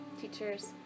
teachers